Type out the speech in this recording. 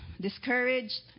discouraged